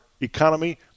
economy